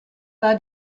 war